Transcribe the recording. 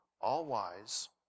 all-wise